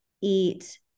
eat